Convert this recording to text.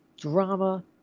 drama